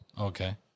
Okay